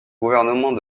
gouvernement